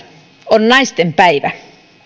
on naistenpäivä